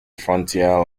frontier